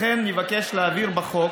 לכן, נבקש להבהיר בחוק